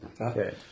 Okay